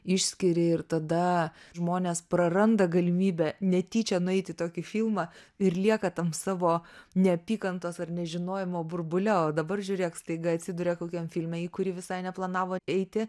išskyri ir tada žmonės praranda galimybę netyčia nueiti tokį filmą ir lieka tam savo neapykantos ar nežinojimo burbule o dabar žiūrėk staiga atsiduria kokiam filme į kurį visai neplanavo eiti